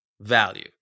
value